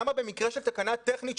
במקרה של תקלה טכנית,